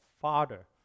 father